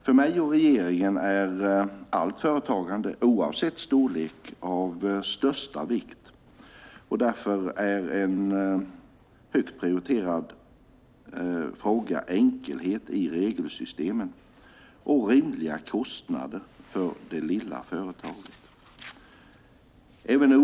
För mig och regeringen är allt företagande, oavsett storlek, av största vikt och därför är enkelhet i regelsystemen och rimliga kostnader för det lilla företaget en högt prioriterad fråga.